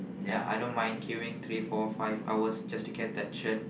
ya I don't mind queueing three four five hours just to get that shirt